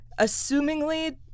assumingly